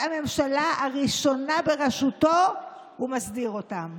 הממשלה הראשונה בראשותו הוא מסדיר אותם.